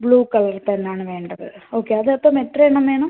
blue colour പെന്നാണ് വേണ്ടത് okay അത് അപ്പം എത്ര എണ്ണം വേണം